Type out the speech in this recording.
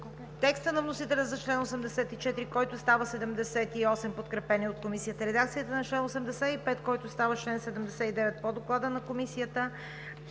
текста на вносителя за чл. 84, който става чл. 78, подкрепен от Комисията; редакцията на чл. 85, който става чл. 79 по Доклада на Комисията;